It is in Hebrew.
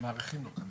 מאריכים לו.